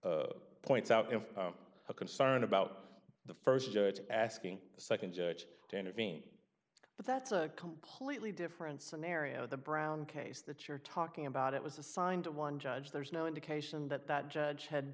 that points out in a concern about the st asking the nd judge to intervene but that's a completely different scenario the brown case that you're talking about it was assigned to one judge there's no indication that that judge had